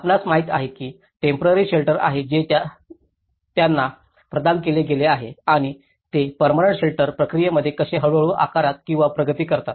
आपणास माहित आहे की टेम्पोरारी शेल्टर आहे जे त्यांना प्रदान केले गेले आहे आणि ते पर्मनंट शेल्टर प्रक्रियेमध्ये कसे हळूहळू आकारात किंवा प्रगती करतात